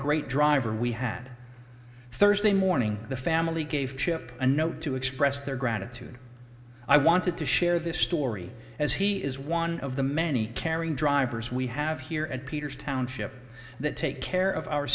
great driver we had thursday morning the family gave chip a note to express their gratitude i wanted to share this story as he is one of the many caring drivers we have here at peters township that take care of our